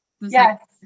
Yes